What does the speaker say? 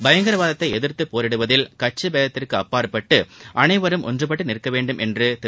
பயங்கரவாதத்தை எதிா்த்து போரிடுவதில் கட்சி பேதத்திற்கு அப்பாற்பட்டு அனைவரும் ஒன்றுபட்டு நிற்க வேண்டும் என்று திரு